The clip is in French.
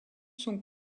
sont